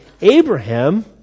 Abraham